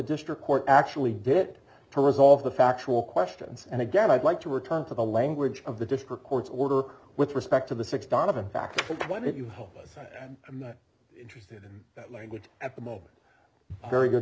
district court actually did it to resolve the factual questions and again i'd like to return to the language of the district court's order with respect to the six donovan back what did you hope i said i'm not interested in that language at the moment very good